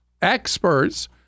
Experts